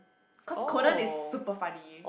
cause Conan is super funny